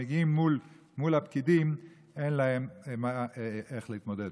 מגיעים מול הפקידים אין להם איך להתמודד.